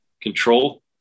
control